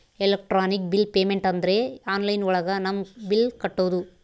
electronic bill payment ಅಂದ್ರೆ online ಒಳಗ ನಮ್ ಬಿಲ್ ಕಟ್ಟೋದು